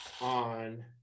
on